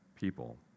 people